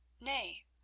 Nay